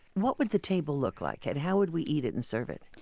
what would the table look like, and how would we eat it and serve it?